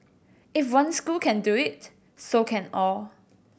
if one school can do it so can all